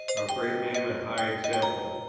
of great name and high example,